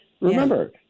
Remember